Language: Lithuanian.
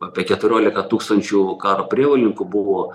apie keturiolika tūkstančių karo prievolininkų buvo